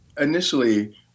Initially